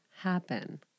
happen